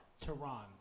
Tehran